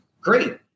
great